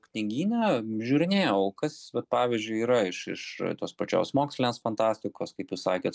knygyne žiūrinėjau kas vat pavyzdžiui yra iš iš tos pačios mokslinės fantastikos kaip jūs sakėt